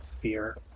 fear